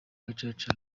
gacaca